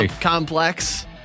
complex